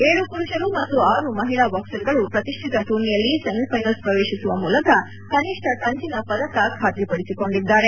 ಏಳು ಪುರುಷರು ಮತ್ತು ಆರು ಮಹಿಳಾ ಬಾಕ್ಸರ್ಗಳು ಪ್ರತಿಢ್ಠಿತ ಟೂರ್ನಿಯಲ್ಲಿ ಸೆಮಿಫೈನಲ್ಸ್ ಪ್ರವೇಶಿಸುವ ಮೂಲಕ ಕನಿಷ್ಠ ಕಂಚಿನ ಪದಕ ಖಾತ್ರಿಪದಿಸಿದ್ದಾರೆ